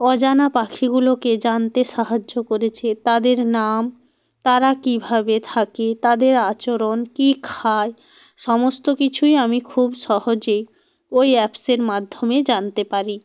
অজানা পাখিগুলোকে জানতে সাহায্য করেছে তাদের নাম তারা কীভাবে থাকে তাদের আচরণ কী খায় সমস্ত কিছুই আমি খুব সহজে ওই অ্যাপসের মাধ্যমে জানতে পারি